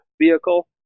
vehicle